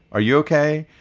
are you ok?